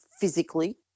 physically